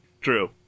True